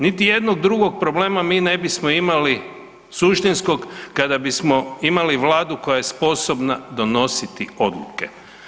Niti jednog drugog problema mi ne bismo imali suštinskog kada bismo imali Vladu koja je sposobna donositi odluke.